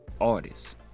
artists